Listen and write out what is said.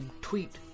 tweet